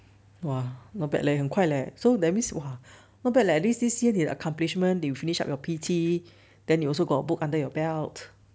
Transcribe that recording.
!wah! not bad leh 很快 leh so that means you !wah! not bad leh this this year 你的 accomplishment you finish up your P_T then you also got a book under your belt